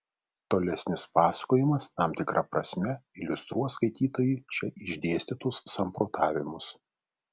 tolesnis pasakojimas tam tikra prasme iliustruos skaitytojui čia išdėstytus samprotavimus